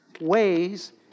ways